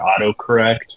autocorrect